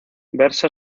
versa